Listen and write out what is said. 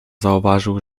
zauważył